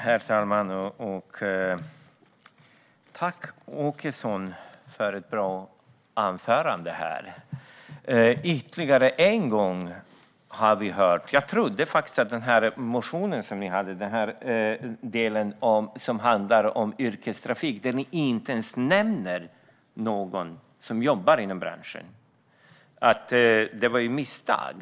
Herr ålderspresident! Jag tackar Anders Åkesson för ett bra anförande. I er motion som handlar om yrkestrafik nämner ni inte ens någon som jobbar inom branschen. Det var ett misstag.